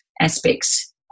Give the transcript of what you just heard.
aspects